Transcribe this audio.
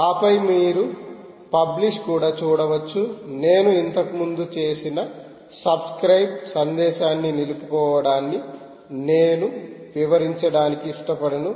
ఆపై మీరు పబ్లిష్ కూడా చూడవచ్చు నేను ఇంతకుముందు చేసిన సబ్స్క్రయిబ్ సందేశాన్ని నిలుపుకోవడాన్ని నేను వివరించడానికి ఇష్టపడను